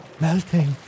melting